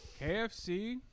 KFC